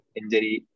injury